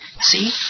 See